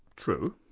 true.